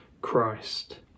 Christ